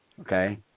Okay